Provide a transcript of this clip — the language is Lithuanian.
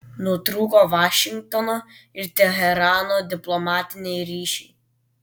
nutrūko vašingtono ir teherano diplomatiniai ryšiai